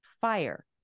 fire